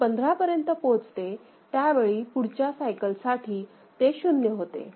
अशी 15 पर्यंत पोहोचते त्यावेळी पुढच्या सायकल साठी ते शून्य होते